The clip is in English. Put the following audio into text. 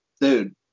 dude